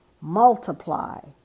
multiply